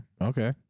Okay